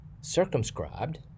circumscribed